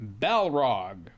Balrog